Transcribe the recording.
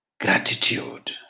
gratitude